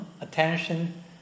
attention